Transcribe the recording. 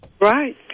Right